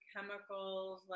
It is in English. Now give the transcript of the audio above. chemicals